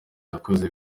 yakoze